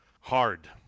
hard